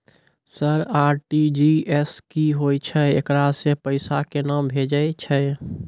Sir RTGS की होय छै, एकरा से पैसा केना भेजै छै?